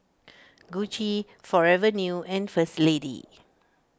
Gucci Forever New and First Lady